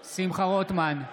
רוטמן,